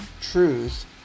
truth